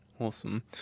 Awesome